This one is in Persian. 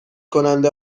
کننده